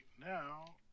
now